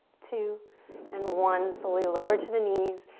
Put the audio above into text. two and one. slowly lower to the knees.